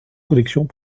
collections